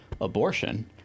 abortion